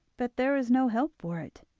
but there was no help for it,